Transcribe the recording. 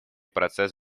процесс